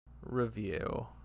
review